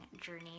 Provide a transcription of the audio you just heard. journey